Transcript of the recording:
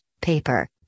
paper